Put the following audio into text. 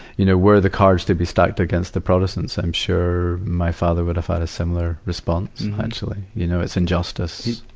you know were the cards to be stacked against the protestants, i'm sure my father would have had a similar response, actually. you know, it's injustice.